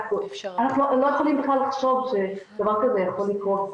ואנחנו לא יכולים בכלל לחשוב שדבר כזה יכול לקרות.